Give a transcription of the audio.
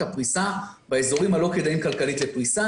הפריסה באזורים הלא-כדאיים כלכלית לפריסה,